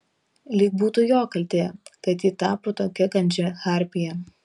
lyg būtų jo kaltė kad ji tapo tokia kandžia harpija